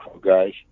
guys